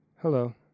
Hello